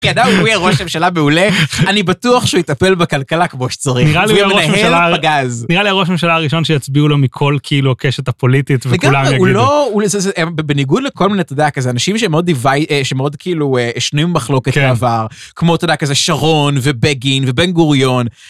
כי אדם, הוא יהיה ראש הממשלה מעולה, אני בטוח שהוא יטפל בכלכלה כמו שצריך. -נראה לי הוא יהיה ראש ממשלה... -והוא יהיה מנהל פגז. -נראה לי הראש הממשלה הראשון שיצביעו לו מכל כאילו הקשת הפוליטית, וכולם יגידו... -לגמרי, הוא לא... בניגוד לכל מיני, אתה יודע, כזה, אנשים שמאוד דיווי, שמאוד כאילו שנויים במחלוקת בעבר, כמו אתה יודע, כזה שרון, ובגין, ובן גוריון.